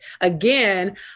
again